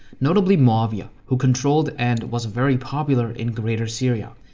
notably, muawiyah who controlled and was very popular in greater syria.